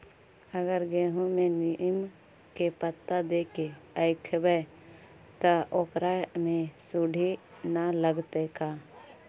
अगर गेहूं में नीम के पता देके यखबै त ओकरा में सुढि न लगतै का?